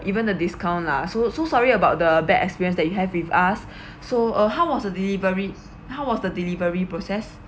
even the discount lah so so sorry about the bad experience that you have with us so uh how was the deliveries how was the delivery process